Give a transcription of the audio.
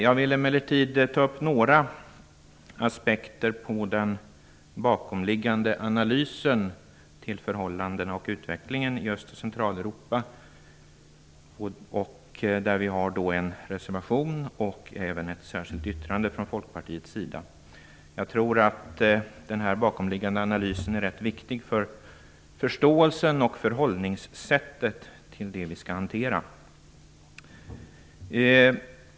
Jag vill emellertid ta upp några aspekter på den bakomliggande analysen av förhållandena och utvecklingen i Öst Centraleuropa. Vi har där en reservation och även ett särskilt yttrande från Folkpartiets sida. Jag tror att den bakomliggande analysen är rätt viktig för förståelsen för och förhållningssättet till det vi skall hantera.